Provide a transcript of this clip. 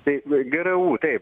tai gru taip